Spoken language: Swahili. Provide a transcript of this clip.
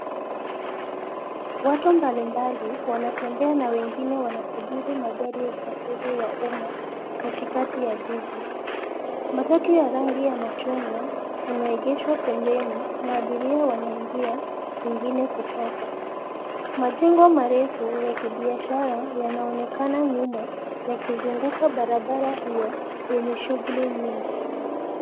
Watu mbali mbali wanatembea na wengine wanasubiri magari ya usafiri wa umma, kati kati ya jiji, matatu ya rangi ya machungwa, imeegeshwa pembeni na abiria wanaingia, wengine kutoka, majengo marefu, ya kibiashara yanaonekana nyuma, yakizunguka barabara hio, yenye shughuli nyingi.